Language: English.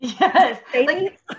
Yes